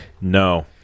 No